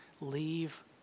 Leave